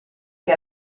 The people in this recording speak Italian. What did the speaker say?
che